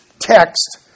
text